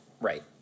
Right